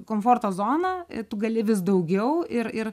komforto zoną tu gali vis daugiau ir ir